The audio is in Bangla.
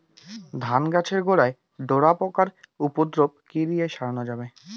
ধান গাছের গোড়ায় ডোরা পোকার উপদ্রব কি দিয়ে সারানো যাবে?